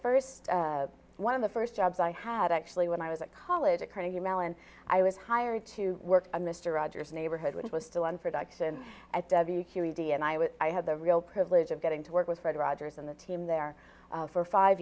first one of the first jobs i had actually when i was at college at carnegie mellon i was hired to work on mr rogers neighborhood which was still on production at w q and i was i had the real privilege of getting to work with fred rogers and the team there for five